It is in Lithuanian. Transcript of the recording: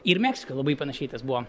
ir meksikoj labai panašiai tas buvo